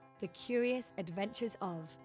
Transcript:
thecuriousadventuresof